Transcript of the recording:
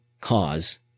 cause